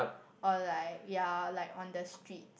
or like ya like on the street